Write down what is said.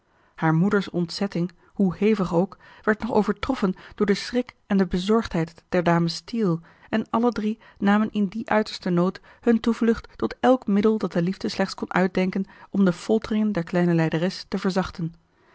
haar moeder's ontzetting hoe hevig ook werd nog overtroffen door den schrik en de bezorgdheid der dames steele en alle drie namen in dien uitersten nood hun toevlucht tot elk middel dat de liefde slechts kon uitdenken om de folteringen der kleine lijderes te verzachten